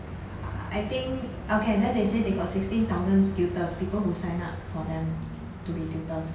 I think okay then they say they got sixteen thousand tutors people who sign up for them to be tutors